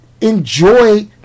enjoy